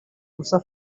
musa